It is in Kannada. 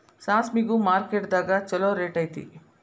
ಸಾಸ್ಮಿಗು ಮಾರ್ಕೆಟ್ ದಾಗ ಚುಲೋ ರೆಟ್ ಐತಿ